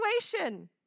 situation